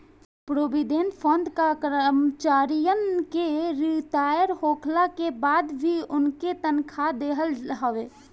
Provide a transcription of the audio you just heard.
provident fund कअ काम करमचारिन के रिटायर होखला के बाद भी उनके तनखा देहल हवे